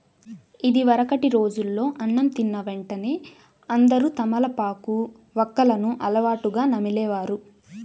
ఇదివరకటి రోజుల్లో అన్నం తిన్న వెంటనే అందరూ తమలపాకు, వక్కలను అలవాటుగా నమిలే వారు